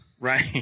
Right